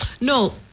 No